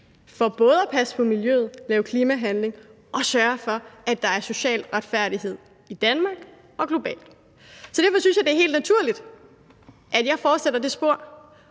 for både at passe på miljøet og lave klimahandling og sørge for, at der er social retfærdighed i Danmark og globalt. Så derfor synes jeg, det er helt naturligt, at jeg fortsætter ad det spor